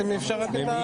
חברים,